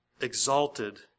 Exalted